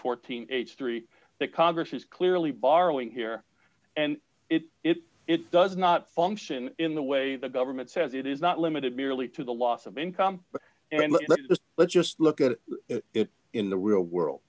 fourteen age three that congress is clearly borrowing here and if it does not function in the way the government says it is not limited merely to the loss of income and let's just look at it in the real world